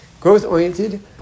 growth-oriented